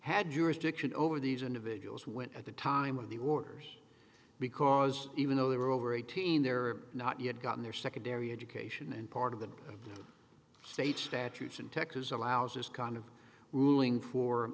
had jurisdiction over these individuals went at the time of the orders because even though they were over eighteen they're not yet gotten their secondary education and part of the state statutes in texas allows this kind of ruling for